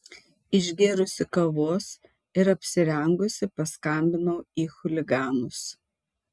išgėrusi kavos ir apsirengusi paskambinau į chuliganus